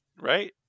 right